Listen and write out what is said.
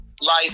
life